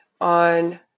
on